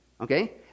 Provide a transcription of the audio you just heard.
Okay